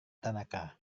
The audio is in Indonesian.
tanaka